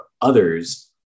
others